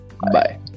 bye